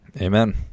Amen